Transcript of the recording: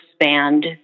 expand